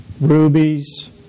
rubies